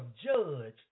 judge